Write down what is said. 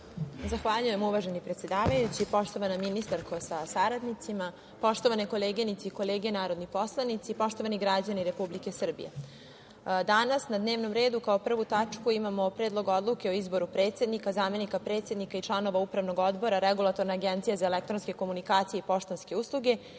Zahvaljujem, uvaženi predsedavajući. Poštovana ministarko sa saradnicima, poštovane koleginice i kolege narodni poslanici, poštovani građani Republike Srbije, danas na dnevnom redu kao prvu tačku imamo Predlog odluke o izboru predsednika, zamenika predsednika i članova Upravnog odbora Regulatorne agencije za elektronske komunikacije i poštanske usluge